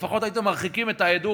לפחות הייתם מרחיקים את העדות.